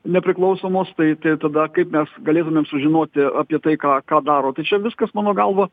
nepriklausomos tai tai tada kaip mes galėtumėm sužinoti apie tai ką ką daro tai čia viskas mano galva